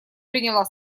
приняла